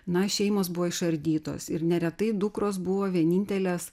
na šeimos buvo išardytos ir neretai dukros buvo vienintelės